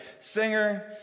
singer